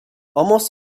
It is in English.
almost